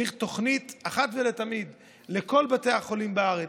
צריך תוכנית אחת ולתמיד לכל בתי החולים בארץ.